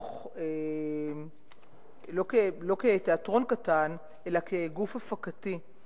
לא כתיאטרון קטן אלא כגוף הפקתי.